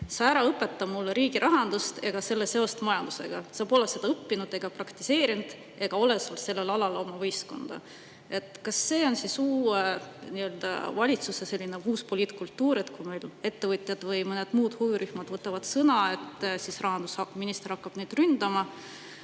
"Sa ära õpeta mulle riigirahandust ega selle seost majandusega. Sa pole seda ei õppinud ega praktiseerinud ega ole sul sel alal oma võistkonda." Kas see on siis uue valitsuse selline uus poliitkultuur, et kui ettevõtjad või mõned muud huvirühmad võtavad sõna, siis rahandusminister hakkab neid ründama?